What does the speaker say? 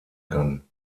kann